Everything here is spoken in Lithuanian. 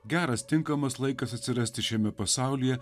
geras tinkamas laikas atsirasti šiame pasaulyje